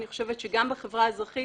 אני חושבת שגם בחברה האזרחית